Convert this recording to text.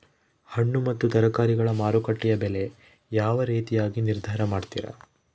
ಹಣ್ಣು ಮತ್ತು ತರಕಾರಿಗಳ ಮಾರುಕಟ್ಟೆಯ ಬೆಲೆ ಯಾವ ರೇತಿಯಾಗಿ ನಿರ್ಧಾರ ಮಾಡ್ತಿರಾ?